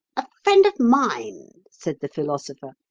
a friend of mine, said the philosopher,